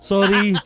Sorry